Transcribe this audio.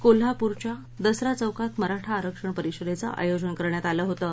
कोल्हापूरच्या दसरा चौकात मराठा आरक्षण परिषदद्दी आयोजन करण्यात आलं होतं